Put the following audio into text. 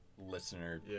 listener